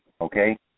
Okay